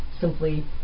simply